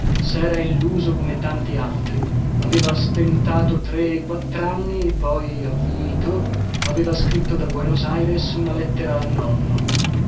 sera illuso come tanti altri aveva stentato tre quattranni poi avvilito aveva scritto da buenos aires una lettera al nonno